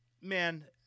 man